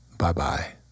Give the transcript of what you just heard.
Bye-bye